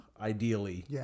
Ideally